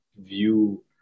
view